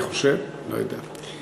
אני חושב, לא יודע.